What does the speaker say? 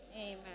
Amen